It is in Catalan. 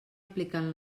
aplicant